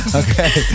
okay